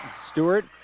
Stewart